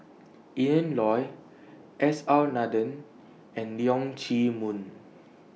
Ian Loy S R Nathan and Leong Chee Mun